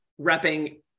repping